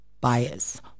bias